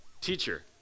teacher